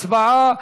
הצבעה.